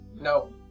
No